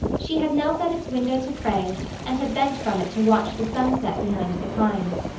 she had knelt at its window to pray and had bent from it to watch the sunset behind the pines.